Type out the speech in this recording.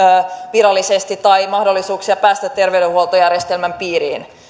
virallisesti tai mahdollisuuksia päästä terveydenhuoltojärjestelmän piiriin